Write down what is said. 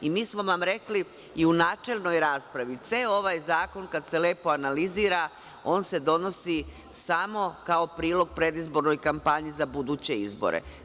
Mi smo vam rekli i u načelnoj raspravi, ceo ovaj zakon kad se lepo analizira on se donosi samo kao prilog predizbornoj kampanji za buduće izbore.